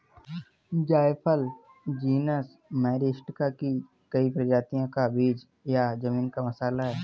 जायफल genus Myristica की कई प्रजातियों का बीज या जमीन का मसाला है